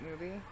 movie